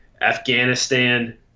Afghanistan